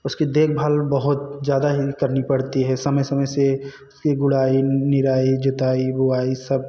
उसकी देखभाल बहुत ज़्यादा ही करनी पड़ती है समय समय से उसकी गुड़ाई निराई जुताई बुवाई सब